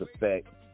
effect